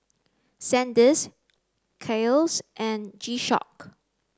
Sandisk Kiehl's and G Shock